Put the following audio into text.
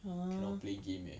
!huh!